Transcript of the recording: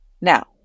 Now